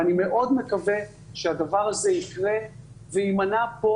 אני מאוד מקווה שהדבר הזה יקרה ויימנע פה